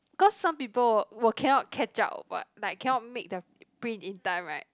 cause some people will cannot catch up what like cannot make the print in time right